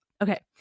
Okay